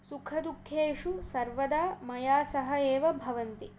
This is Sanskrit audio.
सुखदुःखेषु सर्वदा मया सह एव भवन्ति